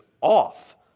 off